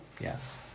Yes